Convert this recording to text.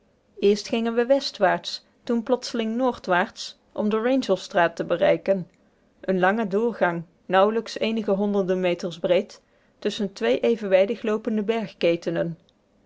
eerst gingen we westwaarts toen plotseling noordwaarts om de wrangellstraat te bereiken een langen doorgang nauwelijks eenige honderden meters breed tusschen twee evenwijdig loopende bergketenen